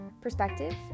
Perspective